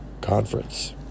conference